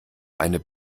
eine